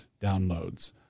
downloads